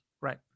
Right